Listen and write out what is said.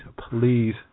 please